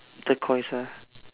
turquoise ah